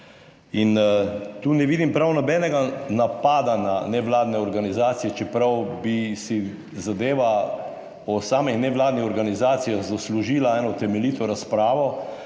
In tu ne vidim prav nobenega napada na nevladne organizacije, čeprav bi si zadeva o samih nevladnih organizacijah zaslužila eno temeljito razpravo